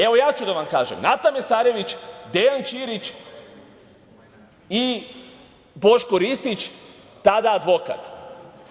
Evo, ja ću da vam kažem, Nata Mesarević, Dejan Ćirić i Boško Ristić, tada advokat.